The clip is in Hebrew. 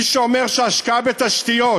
מי שאומר שהשקעה בתשתיות